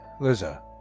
Liza